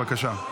בבקשה.